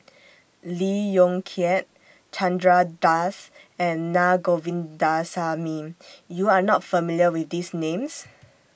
Lee Yong Kiat Chandra Das and Na Govindasamy YOU Are not familiar with These Names